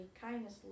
kindness